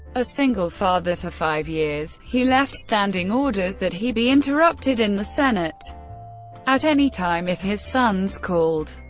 a single father for five years, he left standing orders that he be interrupted in the senate at any time if his sons called.